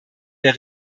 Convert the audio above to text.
der